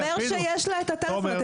הוא אומר שיש לה את מספר הטלפון שלו.